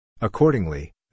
Accordingly